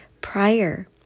prior